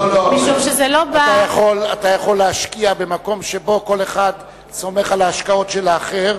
אתה יכול להשקיע במקום שבו כל אחד סומך על ההשקעות של האחר,